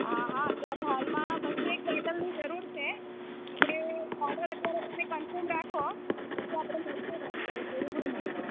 હા હા અત્યારે હાલમાં બસો એક બોટલની જરૂર છે આપડે ઓર્ડર અત્યારે તમે કન્ફર્મ રાખો પછી આપણે મળીને વાત કરીશું રૂબરૂ મળીને